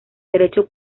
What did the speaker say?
derecho